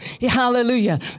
Hallelujah